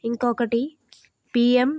ఇంకొకటి పీఎం